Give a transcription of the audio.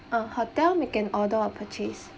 uh hotel make an order or purchase